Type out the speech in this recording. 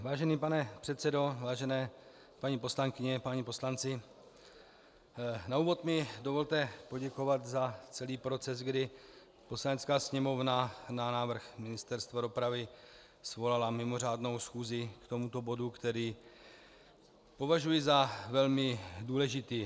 Vážený pane předsedo, vážené paní poslankyně, páni poslanci, na úvod mi dovolte poděkovat za celý proces, kdy Poslanecká sněmovna na návrh Ministerstva dopravy svolala mimořádnou schůzi k tomuto bodu, který považuji za velmi důležitý.